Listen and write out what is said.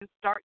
start